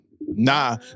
Nah